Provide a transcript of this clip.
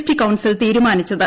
T കൌൺസിലിൽ തീരുമാനിച്ചത്